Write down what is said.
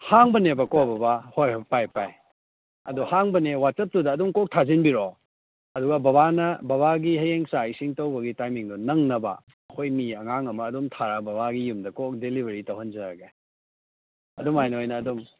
ꯍꯥꯡꯕꯅꯦꯕꯀꯣ ꯕꯕꯥ ꯍꯣꯏ ꯄꯥꯏ ꯄꯥꯏ ꯑꯗꯨ ꯍꯥꯡꯕꯅꯦ ꯋꯥꯆꯞꯇꯨꯗ ꯑꯗꯨꯝ ꯀꯣꯛ ꯊꯥꯖꯟꯕꯤꯔꯛꯑꯣ ꯑꯗꯨꯒ ꯕꯕꯥꯅ ꯕꯕꯥꯒꯤ ꯍꯌꯦꯡ ꯆꯥꯛ ꯏꯁꯤꯡ ꯇꯧꯕꯒꯤ ꯇꯥꯏꯃꯤꯡꯗꯣ ꯅꯪꯅꯕ ꯑꯩꯈꯣꯏ ꯃꯤ ꯑꯉꯥꯡ ꯑꯃ ꯑꯗꯨꯝ ꯊꯥꯔ ꯕꯕꯥꯒꯤ ꯌꯨꯝꯗ ꯀꯣꯛ ꯗꯤꯂꯤꯚꯔꯤ ꯇꯧꯍꯟꯖꯔꯛꯑꯒꯦ ꯑꯗꯨꯃꯥꯏꯅ ꯑꯣꯏꯅ ꯑꯗꯨꯝ